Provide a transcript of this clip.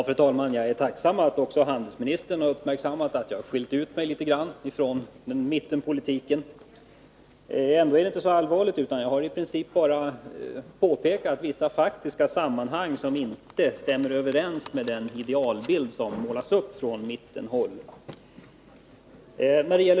Fru talman! Jag är tacksam att också handelsministern har uppmärksammat att jag skiljer ut mig litet grand från mittenpolitiken. Ändå är det inte så allvarligt. Jag har i princip bara framhållit vissa faktiska sammanhang där förhållandena inte stämmer överens med den idealbild som målas upp från mittenhåll.